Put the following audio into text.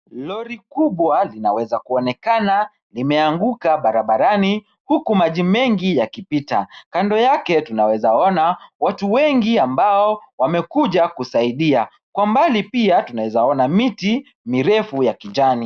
Lori kubwa zinaweza kuonekana limeanguka barabarani huku maji mengi yakipita. Kando yake tunawezaona watu wengi ambao wamekuja kusaidia. Kwa mbali pia tunawezaona miti mirefu ya kijani.